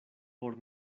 por